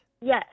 Yes